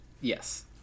Yes